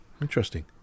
Interesting